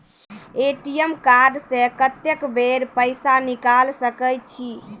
ATM card से कत्तेक बेर पैसा निकाल सके छी?